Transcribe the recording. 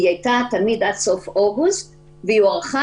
היא הייתה תמיד עד סוף אוגוסט והיא הוארכה